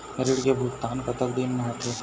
ऋण के भुगतान कतक दिन म होथे?